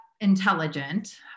intelligent